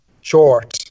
Short